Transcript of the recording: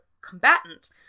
combatant